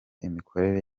imikorere